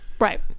right